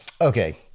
Okay